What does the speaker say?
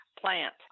plant